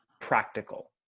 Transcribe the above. practical